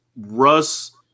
Russ